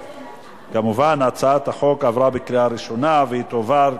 כמובן, הצעת החוק עברה בקריאה ראשונה והיא תועבר,